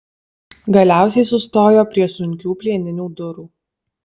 galiausiai sustojo prie sunkių plieninių durų